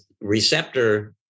receptor